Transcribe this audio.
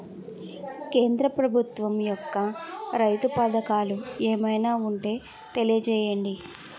కేంద్ర ప్రభుత్వం యెక్క రైతు పథకాలు ఏమైనా ఉంటే తెలియజేయండి?